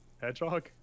Hedgehog